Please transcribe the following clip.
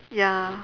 ya